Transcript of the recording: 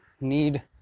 need